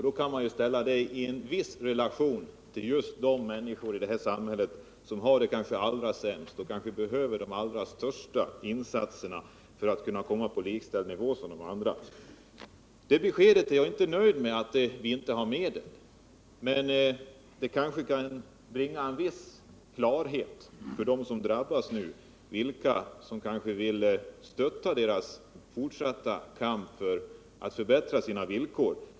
Då kan man ställa det i en viss relation till vad som går till de människor i samhället som har det kanske allra sämst och kanske behöver de allra största insatserna för att komma på samma nivå som övriga medborgare. Jag är inte nöjd med beskedet att det inte finns medel. Men det kanske hos dem som nu drabbas kan skapa en viss klarhet om vilka som vill stötta deras fortsatta kamp för att förbättra sina villkor.